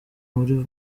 muri